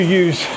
use